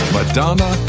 Madonna